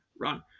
run